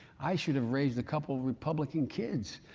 i should have raised a couple of republicans kids,